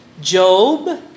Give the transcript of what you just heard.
Job